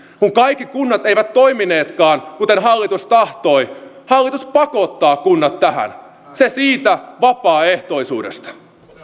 kun kaikki kunnat eivät toimineetkaan kuten hallitus tahtoi hallitus pakottaa kunnat tähän se siitä vapaaehtoisuudesta